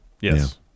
Yes